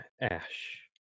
Ash